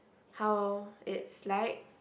how it's like